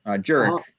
jerk